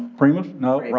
primas? no,